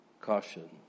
Caution